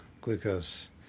glucose